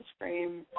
scream